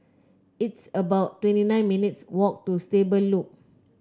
it's about twenty nine minutes' walk to Stable Loop